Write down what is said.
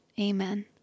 Amen